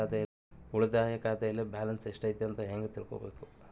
ಉಳಿತಾಯ ಖಾತೆಯಲ್ಲಿ ಬ್ಯಾಲೆನ್ಸ್ ಎಷ್ಟೈತಿ ಅಂತ ಹೆಂಗ ತಿಳ್ಕೊಬೇಕು?